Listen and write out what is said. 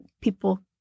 people